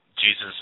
Jesus